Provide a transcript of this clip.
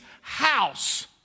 house